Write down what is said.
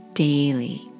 daily